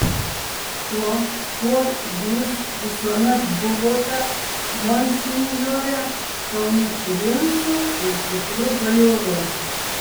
tuo kuo jūs visuomet buvote monsinjore šauniu princu ir tikru bajoru